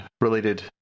related